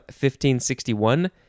1561